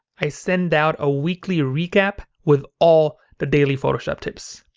i send out a weekly recap with all the daily photoshop tips.